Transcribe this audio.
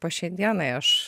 po šiai dienai aš